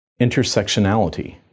intersectionality